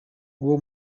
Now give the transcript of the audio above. uwo